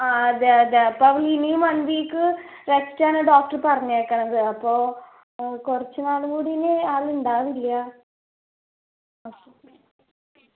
ആ അതെ അതെ അപ്പോൾ ഇനീം വൺ വീക്ക് റെസ്റ്റാണ് ഡോക്ടറ് പറഞ്ഞേക്കണത് അപ്പോൾ കുറച്ച് നാളുകൂടിയിനി ആളുണ്ടാവില്ല്യാ